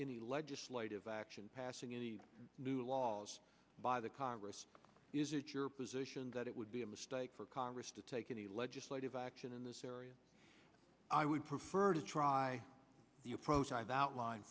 any legislative action passing any new laws by the congress is it your position that it would be a mistake for congress to take any legislative action in this area i would prefer to try the approach i've outline